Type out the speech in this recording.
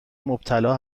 مبتلا